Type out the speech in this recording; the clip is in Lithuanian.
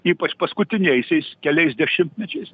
ypač paskutiniaisiais keliais dešimtmečiais